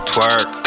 Twerk